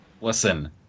Listen